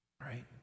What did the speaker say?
Right